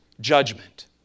judgment